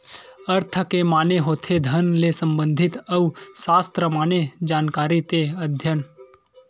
अर्थ के माने होथे धन ले संबंधित अउ सास्त्र माने जानकारी ते अध्ययन